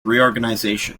reorganization